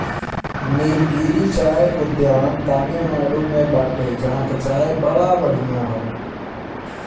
निलगिरी चाय उद्यान तमिनाडु में बाटे जहां के चाय बड़ा बढ़िया हअ